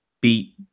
beat